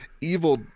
Evil